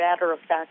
matter-of-fact